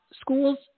schools